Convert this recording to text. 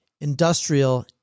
industrial